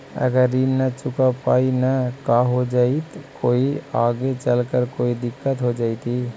अगर ऋण न चुका पाई न का हो जयती, कोई आगे चलकर कोई दिलत हो जयती?